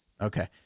Okay